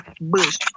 Bush